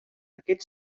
aquest